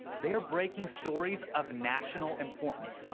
they're breaking stories of national importance.